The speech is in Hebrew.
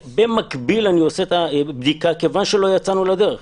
במקביל אני עושה את הבדיקה כיוון שלא יצאנו לדרך.